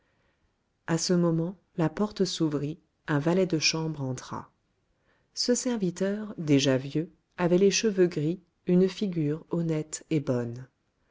à ce moment la porte s'ouvrit un valet de chambre entra ce serviteur déjà vieux avait les cheveux gris une figure honnête et bonne